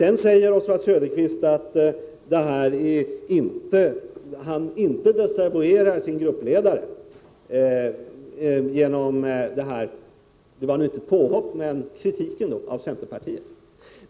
Oswald Söderqvist säger att han inte desavouerar sin gruppledare genom denna kritik — det skulle ju inte vara något påhopp — av centerpartiet.